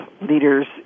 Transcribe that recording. leaders